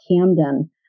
Camden